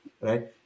right